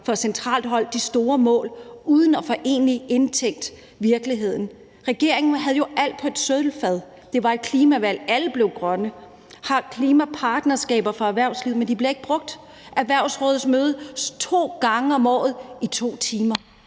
fra centralt hold og planlægger de store mål uden egentlig at få indtænkt virkeligheden. Regeringen havde jo alt på et sølvfad – det var et klimavalg; alle blev grønne. Man har klimapartnerskaber fra erhvervslivet, men de bliver ikke brugt. Erhvervsrådet mødes to gange om året i 2 timer!